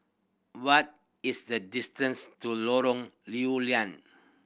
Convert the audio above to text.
what is the distance to Lorong Lew Lian